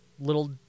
little